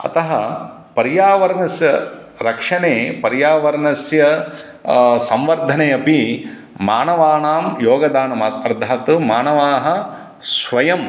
अतः पर्यावरणस्य रक्षणे पर्यावरणस्य संवर्धने अपि मानवानां योगदानम् अर्थात् मानवाः स्वयम्